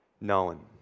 known